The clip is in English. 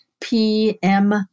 pm